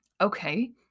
Okay